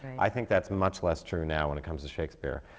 i think that's much less true now, when it comes to shakespeare.